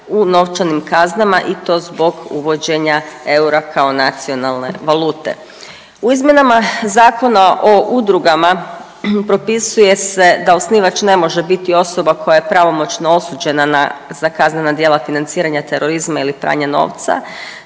u novčanim kaznama i to zbog uvođenja eura kao nacionalne valute. U izmjenama Zakona o udrugama propisuje se da osnivač ne može biti osoba koja je pravomoćno osuđena na, za kaznena djela financiranja terorizma ili pranje novca